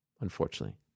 Unfortunately